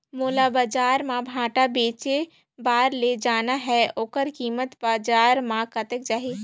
मोला बजार मां भांटा बेचे बार ले जाना हे ओकर कीमत बजार मां कतेक जाही?